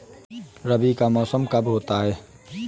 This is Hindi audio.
रबी का मौसम कब होता हैं?